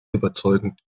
überzeugend